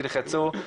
תלחצו,